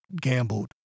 gambled